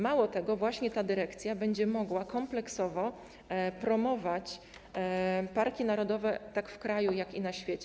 Mało tego, właśnie ta dyrekcja będzie mogła kompleksowo promować parki narodowe tak w kraju, jak i na świecie.